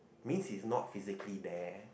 means it's not physically there